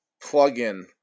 plugin